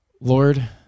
Lord